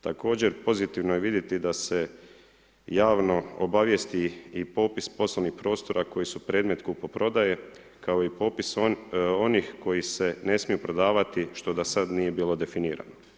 Također, pozitivno je vidjeti da se javno obavijesti i popis poslovnih prostora koji su predmet kupoprodaje kao i popis onih koji se ne smiju prodavati što do sada nije bilo definirano.